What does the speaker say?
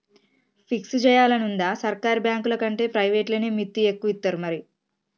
fix జేయాలనుందా, సర్కారు బాంకులకంటే ప్రైవేట్లనే మిత్తి ఎక్కువిత్తరు మరి